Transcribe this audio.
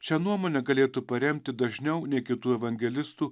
šią nuomonę galėtų paremti dažniau nei kitų evangelistų